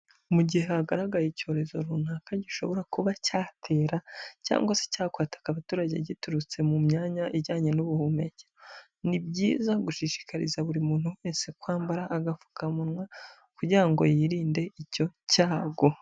Mu gihe hagaragaye icyorezo runaka gishobora kuba cyatera cyangwa se cyakwataka abaturage giturutse mu myanya ijyanye n'ubuhumekero, ni byiza gushishikariza buri muntu wese kwambara agapfukamunwa kugira ngo yirinde icyo cyago.